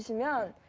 so no